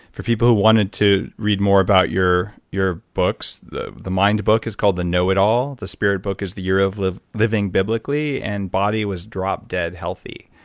for people who wanted to read more about your your books, the the mind book is called the know it all the spirit book is the year of living biblically, and body was drop dead healthy.